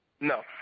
no